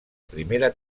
primera